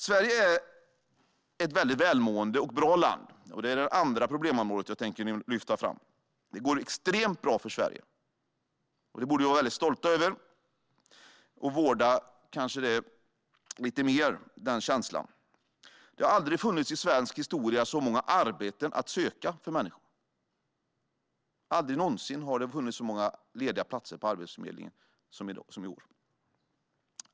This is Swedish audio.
Sverige är ett väldigt välmående och bra land, och det är det andra problemområdet jag tänker lyfta fram. Det går extremt bra för Sverige. Vi borde vara väldigt stolta över det och kanske vårda den känslan lite mer. Det har aldrig i svensk historia funnits så många arbeten för människor att söka. Aldrig någonsin har det funnits så många lediga jobb i Arbetsförmedlingens platsbank som i år.